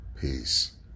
Peace